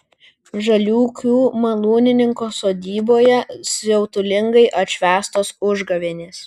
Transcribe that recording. žaliūkių malūnininko sodyboje siautulingai atšvęstos užgavėnės